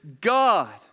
God